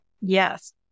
Yes